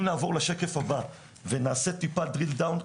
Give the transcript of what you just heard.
אם נעבור לשקף הבא ונעשה טיפה דריל-דאון,